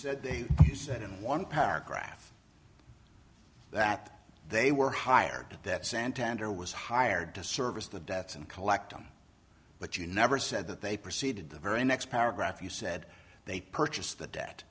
r said in one paragraph that they were hired that santander was hired to service the debts and collect them but you never said that they proceeded the very next paragraph you said they purchased the debt